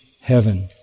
heaven